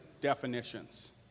definitions